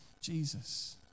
Jesus